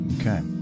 Okay